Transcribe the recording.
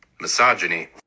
misogyny